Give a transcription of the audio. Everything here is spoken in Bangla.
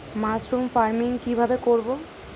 মাসরুম ফার্মিং কি ভাবে করব?